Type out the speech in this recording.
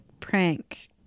prank